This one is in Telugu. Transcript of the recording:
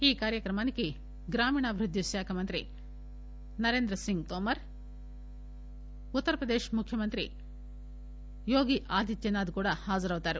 ఈ కార్యక్రమానికి గ్రామీణాభివృద్ది శాఖ మంత్రి నరేంద్ర సింగ్ తోమర్ ఉత్తరప్రదేశ్ ముఖ్యమంత్రి యోగి ఆదిత్యనాథ్ కూడా హాజరవుతారు